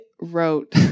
wrote